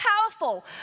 powerful